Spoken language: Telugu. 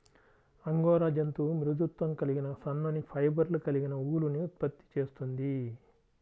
అంగోరా జంతువు మృదుత్వం కలిగిన సన్నని ఫైబర్లు కలిగిన ఊలుని ఉత్పత్తి చేస్తుంది